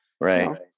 right